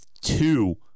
two